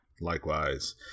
Likewise